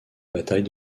bataille